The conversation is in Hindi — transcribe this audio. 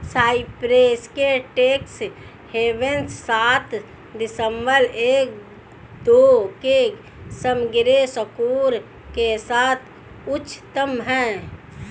साइप्रस के टैक्स हेवन्स सात दशमलव एक दो के समग्र स्कोर के साथ उच्चतम हैं